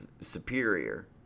Superior